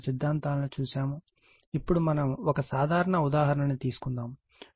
ఇప్పుడు మనము ఒక సాధారణ ఉదాహరణ తీసుకుందాము